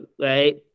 right